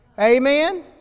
Amen